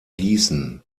gießen